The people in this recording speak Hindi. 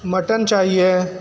मटन चाहिए है